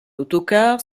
autocar